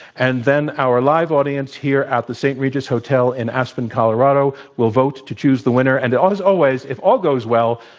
and then, our live audience here at the st. regis hotel in aspen, colorado will vote to choose the winner. and as always, if all goes well,